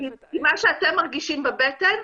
מה שאתם מרגישים בבטן,